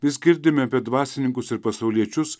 vis girdime apie dvasininkus ir pasauliečius